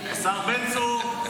השר בן צור?